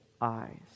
eyes